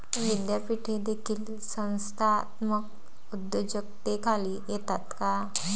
विद्यापीठे देखील संस्थात्मक उद्योजकतेखाली येतात का?